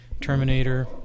Terminator